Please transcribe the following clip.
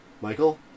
Michael